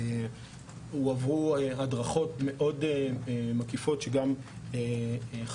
הועברו הדרכות מאוד מקיפות לעובדים ולעוזרים המשפטיים,